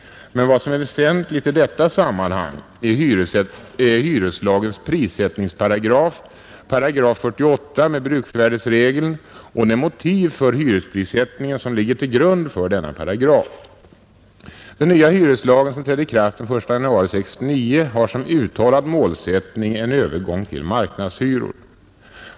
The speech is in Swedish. Men vad som är väsentligt i detta sammanhang är hyreslagens prissättningsparagraf, 48 § med bruksvärderegeln och de motiv för hyresprissättningen som ligger till grund för denna paragraf. Den nya hyreslagen som trädde i kraft I januari 1969 har som uttalad målsättning en övergång till marknadshyror.